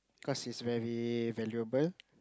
cause it's very valuable